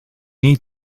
need